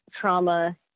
trauma